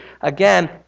Again